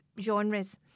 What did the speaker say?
genres